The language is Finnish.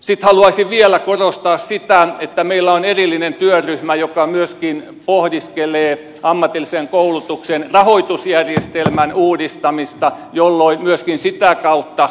sitten haluaisin vielä korostaa sitä että meillä on erillinen työryhmä joka myöskin pohdiskelee ammatillisen koulutuksen rahoitusjärjestelmän uudistamista jolloin myöskin sitä kautta